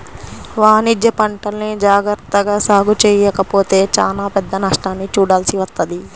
వాణిజ్యపంటల్ని జాగర్తగా సాగు చెయ్యకపోతే చానా పెద్ద నష్టాన్ని చూడాల్సి వత్తది